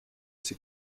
sie